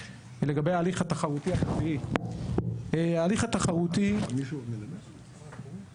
לגבי ההליך התחרותי, ההליך התחרותי הוא